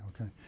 Okay